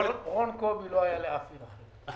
רון קובי לא היה לאף עיר אחרת.